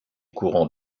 courants